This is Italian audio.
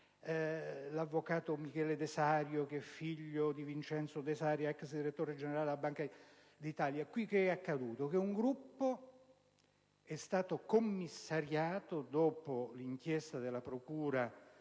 all’avvocato Michele Desario, figlio di Vincenzo Desario, ex direttore generale della Banca d’Italia. Qui che eaccaduto? Che un gruppo e stato commissariato dopo l’inchiesta della procura